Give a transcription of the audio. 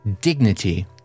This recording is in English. dignity